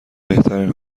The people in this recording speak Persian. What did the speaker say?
بهترین